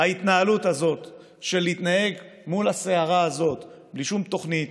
ההתנהלות הזאת של להתנהל מול הסערה הזאת בלי שום תוכנית,